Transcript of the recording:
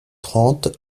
trente